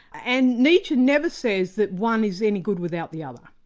and nietzsche never says that one is any good without the other.